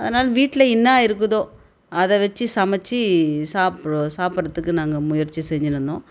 அதனால் வீட்டில் என்னா இருக்குதோ அதை வச்சி சமைச்சி சாப்பு சாப்பிட்றதுக்கு நாங்கள் முயற்சி செஞ்சின்னு இருந்தோம்